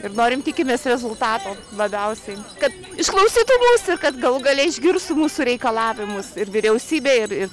ir norim tikimės rezultatų labiausiai kad išklausytų mūsų kad galų gale išgirstų mūsų reikalavimus ir vyriausybė ir ir